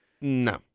No